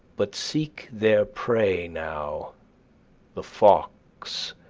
but seek their prey now the fox,